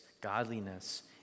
godliness